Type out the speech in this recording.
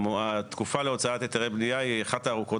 התקופה להוצאת היתרי בנייה היא אחת הארוכות